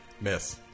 Miss